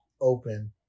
open